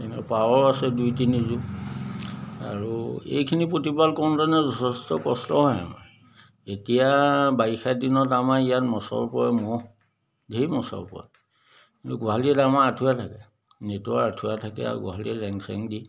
এনেকৈ পাৰও আছে দুই তিনিযোৰ আৰু এইখিনি প্ৰতিপাল কৰোঁতেনে যথেষ্ট কষ্ট হয় আমাৰ এতিয়া বাৰিষাৰ দিনত আমাৰ ইয়াত মছৰ পৰে মহ ঢেৰ মছৰ পৰে কিন্তু গোহালিত এতিয়া আমাৰ আঁঠুৱা থাকে নেটৰ আঁঠুৱা থাকে আৰু গোহালীত জেং চেং দি